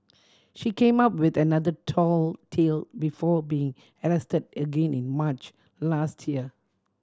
she came up with another tall tale before being arrested again in March last year